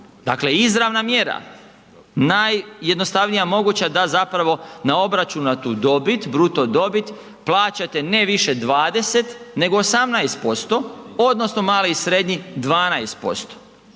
Dakle izravna mjera, najjednostavnija moguća da zapravo na obračunatu dobit, bruto dobit plaćate ne više 20 nego 18%, odnosno mali i srednji 12%,